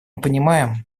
понимаем